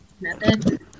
method